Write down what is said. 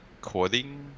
coding